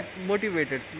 motivated